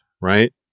right